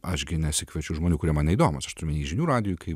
aš gi nesikviečiau žmonių kurie man neįdomūsaš turiu omeny žinių radijui kaip